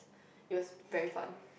it was very fun